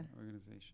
organization